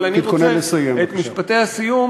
אבל אני רוצה את משפטי הסיום,